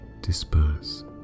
disperse